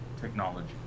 technology